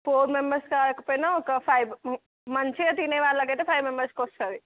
four members కాకపోయిన ఒక five మంచిగా తినే వాళ్ళకు అయితే ఫైవ్ మెంబర్స్కు వస్తుంది